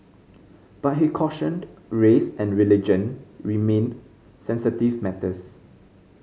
but he cautioned race and religion remained sensitive matters